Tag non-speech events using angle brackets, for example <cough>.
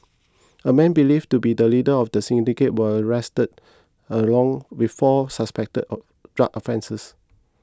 a man believed to be the leader of the syndicate was arrested along with four suspected <noise> drug offenders